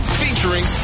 featuring